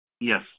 yes